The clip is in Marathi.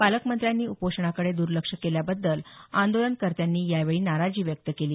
पालकमंत्र्यांनी उपोषणाकडे दर्लक्ष केल्याबद्दल आंदोलनकर्त्यानी यावेळी नाराजी व्यक्त केली